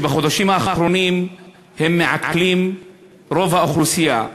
שבחודשים האחרונים הם מעקלים לרוב האוכלוסייה,